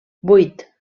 vuit